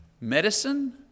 Medicine